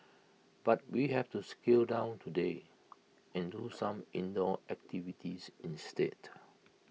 but we have to scale down today and do some indoor activities instead